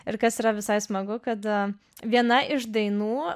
ir kas yra visai smagu kad viena iš dainų